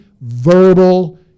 verbal